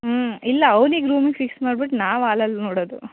ಹ್ಞೂ ಇಲ್ಲ ಅವ್ನಿಗೆ ರೂಮ್ಗೆ ಫಿಕ್ಸ್ ಮಾಡ್ಬಿಟ್ಟು ನಾವು ಹಾಲಲ್ಲಿ ನೋಡೋದು